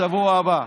לשבוע הבא.